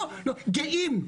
גאים.